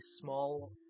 small